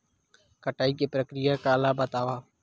कटाई के प्रक्रिया ला बतावव?